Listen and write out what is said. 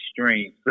extreme